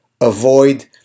avoid